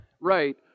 Right